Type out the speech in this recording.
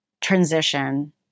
transition